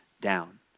down